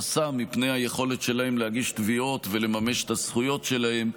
חסם בפני היכולת שלהם להגיש תביעות ולממש את הזכויות שלהם.